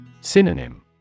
Synonym